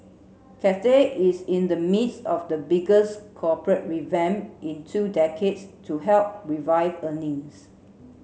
Cathay is in the midst of the biggest corporate revamp in two decades to help revive earnings